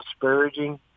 disparaging